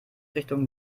richtung